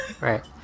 Right